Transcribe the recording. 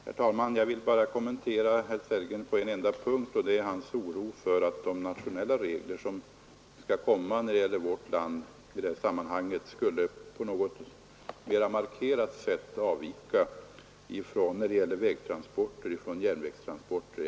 Herr talman! Jag vill bara kommentera herr Sellgrens replik på en enda punkt. Herr Sellgren hyser oro för att de nationella regler som skall införas när det gäller vägtransporter på något mera markerat sätt skulle avvika från de nationella reglerna för järnvägstransporter.